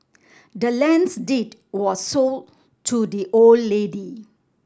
the land's deed was sold to the old lady